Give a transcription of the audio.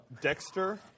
Dexter